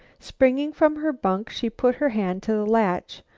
springing from her bunk, she put her hand to the latch.